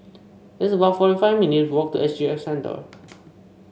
it's about forty five minutes' walk to S G X Centre